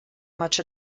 much